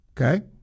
Okay